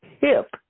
hip